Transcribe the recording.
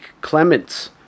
clements